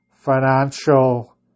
financial